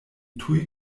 tuj